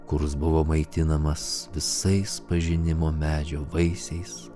kurs buvo maitinamas visais pažinimo medžio vaisiais